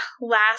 last